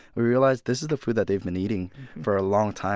we realized this is the food that they've been eating for a long time.